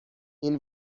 این